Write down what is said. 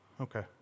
Okay